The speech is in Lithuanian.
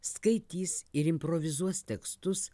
skaitys ir improvizuos tekstus